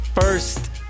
first